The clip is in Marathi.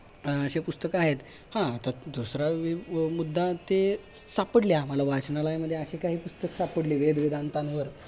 असे पुस्तकं आहेत हां तर दुसरा वे व मुद्दा ते सापडले आम्हाला वाचनालयामध्ये असे काही पुस्तक सापडली वेदवेदांतांवर